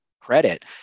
credit